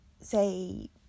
say